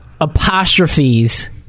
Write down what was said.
Apostrophes